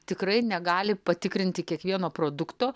tikrai negali patikrinti kiekvieno produkto